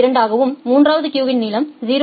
2 ஆகவும் மூன்றாவது கியூவின் நீளம் 0